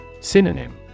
Synonym